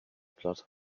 platt